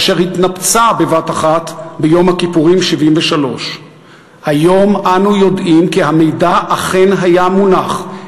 ואשר התנפצה בבת-אחת ביום הכיפורים 1973. היום אנו יודעים כי המידע אכן היה מונח,